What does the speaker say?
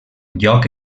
lloc